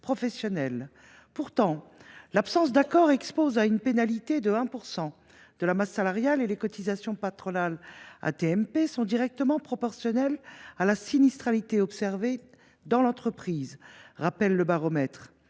professionnels. Pourtant, l’absence d’accord expose à une pénalité de 1 % de la masse salariale et les cotisations patronales AT MP sont directement proportionnelles à la sinistralité observée dans l’entreprise, est il rappelé